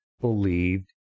believed